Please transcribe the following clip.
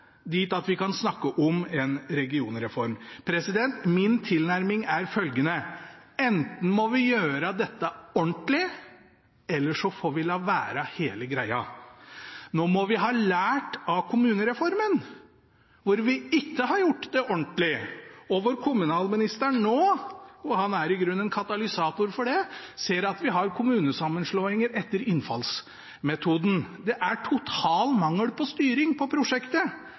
dit at vi kan snakke om en regionreform. Min tilnærming er følgende: Enten må vi gjøre dette ordentlig, eller så får vi la hele greia være. Nå må vi ha lært av kommunereformen, hvor vi ikke har gjort det ordentlig, og hvor kommunalministeren nå – og han er i grunnen en katalysator for det – ser at vi har kommunesammenslåinger etter innfallsmetoden. Det er total mangel på styring av prosjektet.